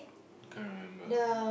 can't remember